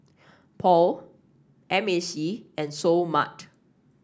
Paul M A C and Seoul Mart